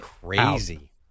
crazy